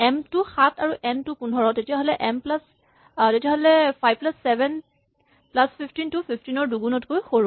M টো ৭ আৰু এন টো ১৫ তেতিয়াহ'লে ৫ প্লাচ ৭ প্লাচ ১৫ টো ১৫ ৰ দুগুণতকৈ সৰু